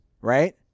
right